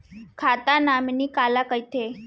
खाता नॉमिनी काला कइथे?